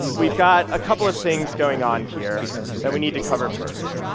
we've got a couple of things going on here that we need to cover first.